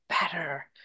better